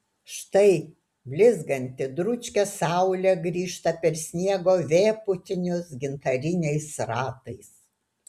štai blizganti dručkė saulė grįžta per sniego vėpūtinius gintariniais ratais